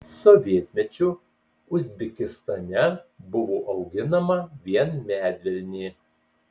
sovietmečiu uzbekistane buvo auginama vien medvilnė